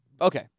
Okay